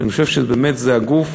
כשאני חושב שבאמת זה הגוף